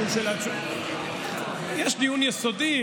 משום שיש דיון יסודי,